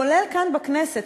כולל כאן בכנסת.